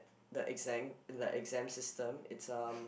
the exam the exam system it's um